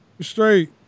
Straight